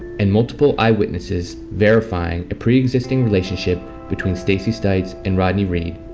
and multiple eyewitnesses verifying a preexisting relationship between stacey stites and rodney reed.